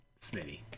Smitty